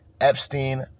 Epstein